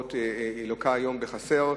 בתי-הקברות לוקה היום בחסר.